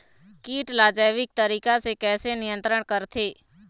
कीट ला जैविक तरीका से कैसे नियंत्रण करथे?